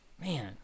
Man